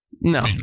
No